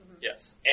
Yes